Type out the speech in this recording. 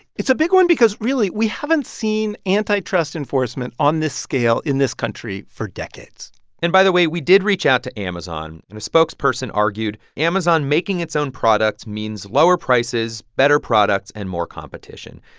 it's a big win because, really, we haven't seen antitrust enforcement on this scale in this country for decades and by the way, we did reach out to amazon, and a spokesperson argued amazon making its own products means lower prices, better products and more competition.